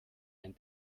ein